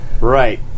Right